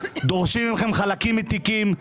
דורשים מכם חלקים מתיקים,